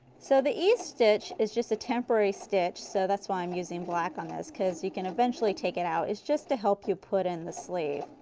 so the ease stitch is just a temporary stitch so that's why i am using black on this because you can eventually take it out. it's just to help you put in the sleeve.